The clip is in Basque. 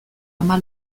ama